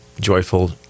joyful